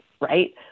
Right